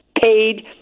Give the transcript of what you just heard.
paid